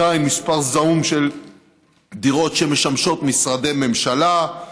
עדיין מספר זעום של דירות שמשמשות משרדי ממשלה,